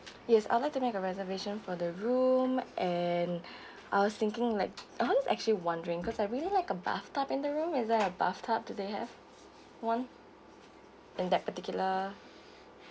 yes I'd like to make a reservation for the room and I was thinking like I'm actually wondering cause I really like a bathtub in the room is there a bathtub do they have one in that particular